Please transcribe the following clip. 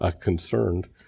concerned